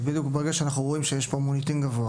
ברגע שאנחנו רואים שיש מוניטין גבוה